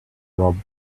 robe